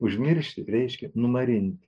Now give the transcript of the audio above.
užmiršti reiškia numarinti